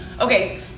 okay